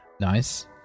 Nice